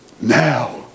Now